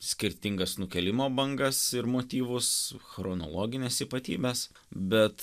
skirtingas nukėlimo bangas motyvus chronologines ypatybes bet